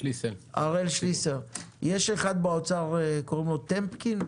יש אחד במשרד האוצר שקוראים לו טמקין?